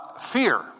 fear